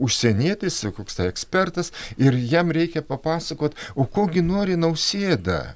užsienietis koks tai ekspertas ir jam reikia papasakot o ko gi nori nausėda